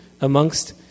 amongst